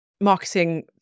Marketing